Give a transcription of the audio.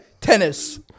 Tennis